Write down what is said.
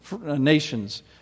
nations